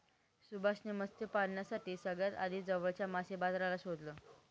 सुभाष ने मत्स्य पालनासाठी सगळ्यात आधी जवळच्या मासे बाजाराला शोधलं